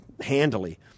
handily